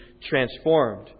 transformed